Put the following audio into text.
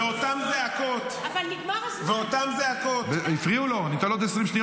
נגמר הזמן, נגמר הזמן.